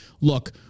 look